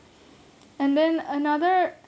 and then another